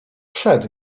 przed